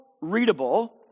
readable